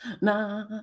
Na